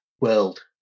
world